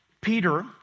Peter